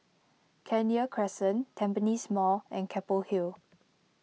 Kenya Crescent Tampines Mall and Keppel Hill